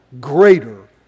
greater